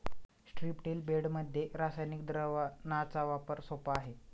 स्ट्रिप्टील बेडमध्ये रासायनिक द्रावणाचा वापर सोपा आहे